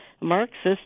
Marxist